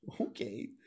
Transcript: Okay